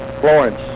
Florence